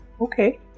Okay